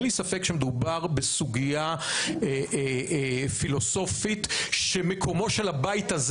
אין לי ספק שמדובר בסוגיה פילוסופית שמקומו של הבית הזה